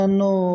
no